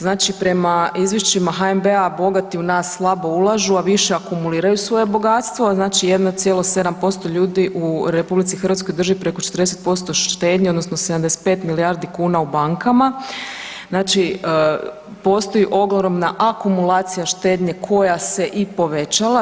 Znači prema izvješćima HNB-a bogati u nas slabo ulažu, a više akumuliraju svoje bogatstvo, znači 1,7% ljudi u RH drži preko 40% štednje odnosno 75 milijardi kuna u bankama, znači postoji ogromna akumulacija štednje koja se i povećala.